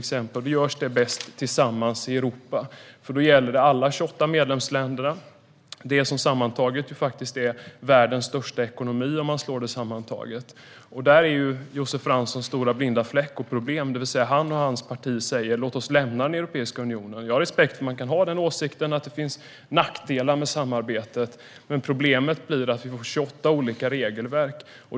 Det görs bäst tillsammans i Europa, därför att det då gäller alla 28 medlemsländer. EU är sammantaget världens största ekonomi. Detta är Josef Franssons stora problem och blinda fläck, eftersom han och hans parti säger: Låt oss lämna Europeiska unionen. Jag har respekt för att man kan ha den åsikten och att det finns nackdelar med samarbetet. Men problemet blir att vi får 28 olika regelverk.